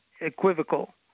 equivocal